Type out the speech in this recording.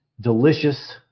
delicious